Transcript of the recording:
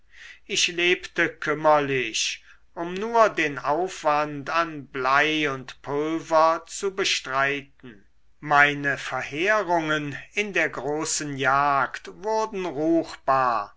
ich lebte kümmerlich um nur den aufwand an blei und pulver zu bestreiten meine verheerungen in der großen jagd wurden ruchtbar